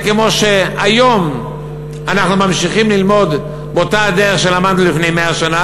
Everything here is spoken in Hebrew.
וכמו שהיום אנחנו ממשיכים ללמוד באותה הדרך שלמדנו לפני 100 שנה,